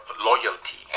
loyalty